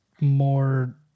more